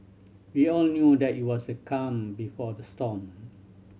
we all knew that it was the calm before the storm